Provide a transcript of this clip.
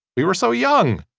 we were so young